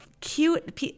cute